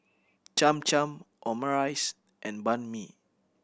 Cham Cham Omurice and Banh Mi